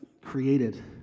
created